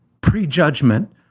Prejudgment